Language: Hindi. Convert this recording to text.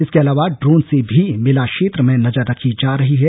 इसके अलावा ड्रोन से भी मेला क्षेत्र पर नजर रखी जा रही है